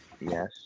yes